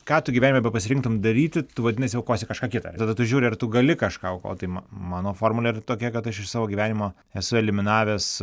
ką tu gyvenime bepasirinktum daryti vadinasi aukosi kažką kitą ir tada tu žiūri ar tu gali kažką aukot tai mano formulė yra tokia kad aš iš savo gyvenimo esu eliminavęs